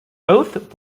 both